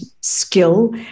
skill